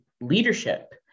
leadership